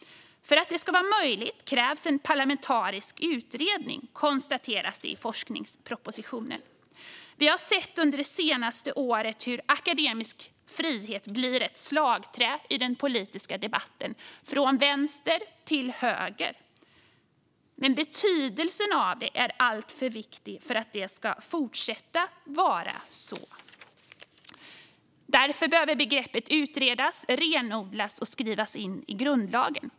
För att detta ska vara möjligt krävs en parlamentarisk utredning, konstateras det i forskningspropositionen. Vi har under det senaste året sett hur akademisk frihet blir ett slagträ i den politiska debatten, från vänster till höger, men dess betydelse är alltför stor för att detta ska få fortsätta. Begreppet behöver därför utredas, renodlas och skrivas in i grundlagen.